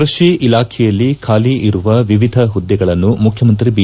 ಕೃಷಿ ಇಲಾಖೆಯಲ್ಲಿ ಖಾಲಿ ಇರುವ ವಿವಿಧ ಮದ್ದೆಗಳನ್ನು ಮುಖ್ಯಮಂತ್ರಿ ಐ